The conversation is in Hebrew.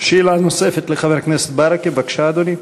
שאלה נוספת לחבר הכנסת ברכה, בבקשה, אדוני.